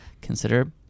consider